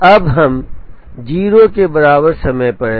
अब हम 0 के बराबर समय पर हैं